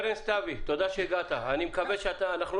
אני לא